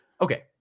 okay